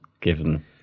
Given